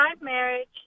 marriage